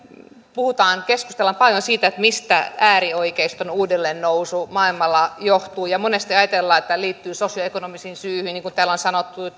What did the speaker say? puhutaan ja keskustellaan paljon siitä mistä äärioikeiston uudelleennousu maailmalla johtuu ja monesti ajatellaan että tämä liittyy sosioekonomisiin syihin niin kuin täällä on sanottu